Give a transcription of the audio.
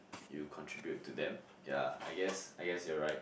you contribute to them ya I guess I guess you're right